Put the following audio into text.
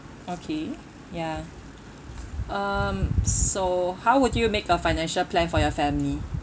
okay ya um so how would you make a financial plan for your family